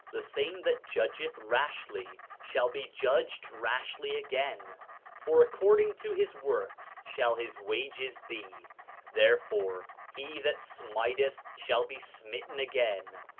the same that judgeth rashly shall be judged rashly again for according to his works shall his wages be therefore, he that smiteth shall be smitten again,